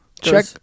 check